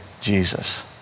Jesus